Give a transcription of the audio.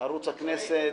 ערוץ הכנסת,